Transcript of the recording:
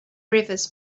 rivers